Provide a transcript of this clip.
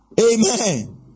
Amen